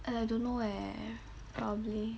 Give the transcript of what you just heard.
and I don't know eh probably